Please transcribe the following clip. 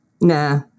Nah